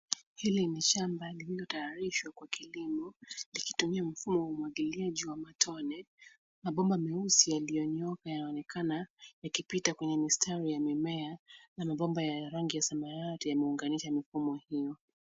Hili ni shamba lililotayarishwa kwa kilimo likitumia mfumo wa umwagiliaji wa matone. Mabomba meusi yaliyonyooka yanaonekana yakipita kwenye mistari ya mimea na mabomba ya rangi ya samawati yameunganisha mifumo hio.